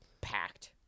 packed